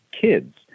kids